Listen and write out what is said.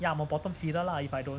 ya I'm a bottom feeder lah if I don't